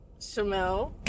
Shamel